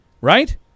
right